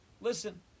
Listen